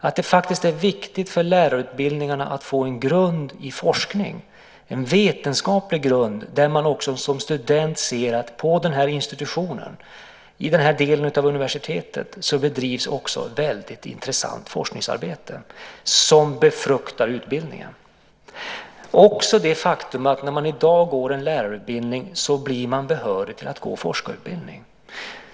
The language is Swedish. Det är faktiskt viktigt för lärarutbildningarna att få en grund i forskning, en vetenskaplig grund där man också som student ser att det på institutionen i fråga, i den delen av universitetet, bedrivs väldigt intressant forskningsarbete som befruktar utbildningen. Det gäller även det faktum att man när man i dag går en lärarutbildning blir behörig till att gå forskarutbildning.